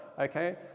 Okay